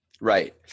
Right